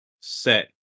set